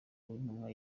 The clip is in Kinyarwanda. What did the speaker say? w’intumwa